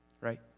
right